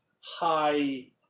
high